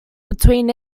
between